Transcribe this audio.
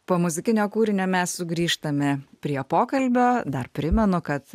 po muzikinio kūrinio mes sugrįžtame prie pokalbio dar primenu kad